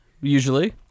Usually